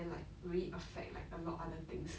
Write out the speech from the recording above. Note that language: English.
then like will it affect like a lot of other things